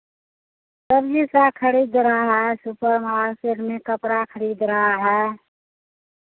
सब्जी साग खरीद रहा है सुपर मार्केट में कपड़ा खरीद रहा है